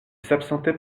s’absentait